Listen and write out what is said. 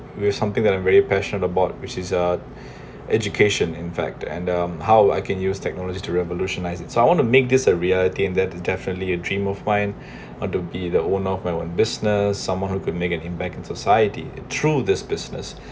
with something that I'm very passion about which is uh education in fact and um how I can use technology to revolutionise so I want to make this a reality that definitely a dream of mine want to be the owner of my own business someone who could make an impact in society through this business